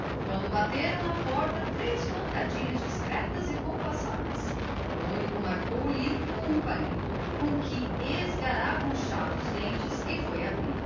quando bateram à porta do seu gabinete três pancadinhas discretas e compassadas marcou logo o livro com o palito com que escarafunchava os dentes e foi abrir